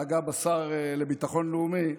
נגע בשר לביטחון לאומי,